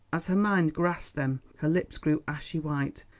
as her mind grasped them her lips grew ashy white,